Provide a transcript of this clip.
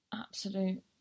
absolute